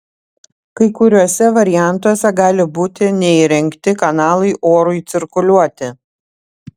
kai kuriuose variantuose gali būti neįrengti kanalai orui cirkuliuoti